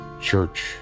church